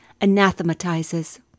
anathematizes